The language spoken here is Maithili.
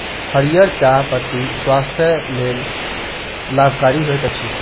हरीयर चाह पत्ती स्वास्थ्यक लेल लाभकारी होइत अछि